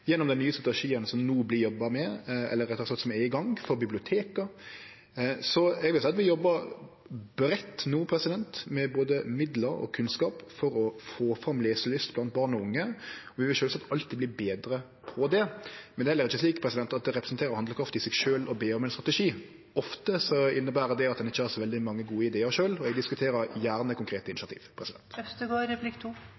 gjennom den nye strategien for biblioteka som no vert jobba med og er i gang. Så eg vil seie at vi no jobbar breitt med både midlar og kunnskap for å få fram leselyst blant barn og unge, og vi vil sjølvsagt alltid verte betre på det. Men det er heller ikkje slik at det representerer handlekraft i seg sjølv å be om ein strategi. Ofte inneber det at ein ikkje har så veldig mange gode idear sjølv, og eg diskuterer gjerne konkrete